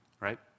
right